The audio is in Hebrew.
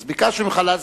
אז ביקשתי ממך להסביר,